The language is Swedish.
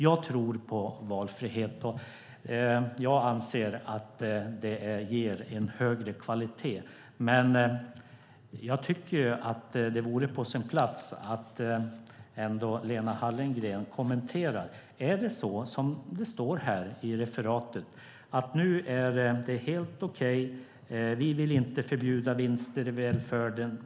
Jag tror på valfrihet, och jag anser att det ger en högre kvalitet. Det vore på sin plats att Lena Hallengren kommenterar om det är så som det står här i ett referat i DN: Vi vill inte förbjuda vinster i välfärden.